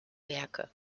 werke